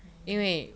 mmhmm